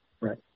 right